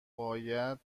باید